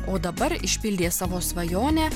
o dabar išpildė savo svajonę